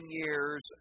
years